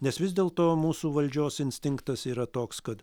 nes vis dėlto mūsų valdžios instinktas yra toks kad